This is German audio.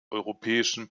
europäischen